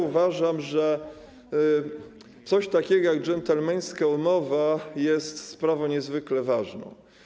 Uważam, że coś takiego jak dżentelmeńska umowa jest sprawą niezwykle ważną.